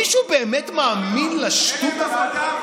מישהו באמת מאמין לשטות הזאת?